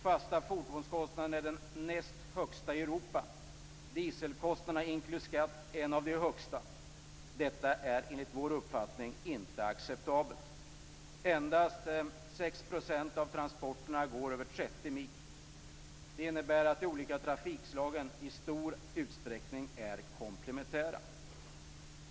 Fasta fordonskostnaden är den näst högsta i Europa. Dieselkostnaden inklusive skatt är en av de högsta. Detta är enligt vår uppfattning inte acceptabelt. Endast 6 % av transporterna går över 30 mil. Det innebär att de olika trafikslagen i stor utsträckning är komplementära.